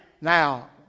Now